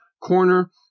corner